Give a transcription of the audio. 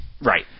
Right